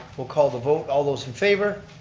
we'll call the vote. all those in favor.